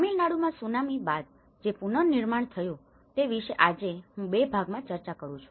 તામિલનાડુમાં tsunami બાદ જે પુનર્નિર્માણ થયું તે વિશે આજે હું બે ભાગમાં ચર્ચા કરવા જઇ રહ્યો છું